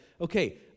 okay